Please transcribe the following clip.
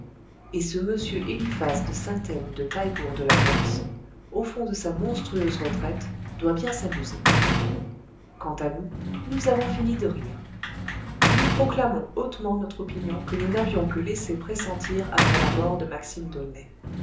et ce m eliphas de saint-elme de taillebourg de la nox au fond de sa monstrueuse retraite doit bien s'amuser quant à nous nous avons fini de rire nous proclamons hautement notre opinion que nous n'avions que laissé pressentir après la mort de maxime